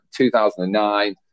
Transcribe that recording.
2009